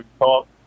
talk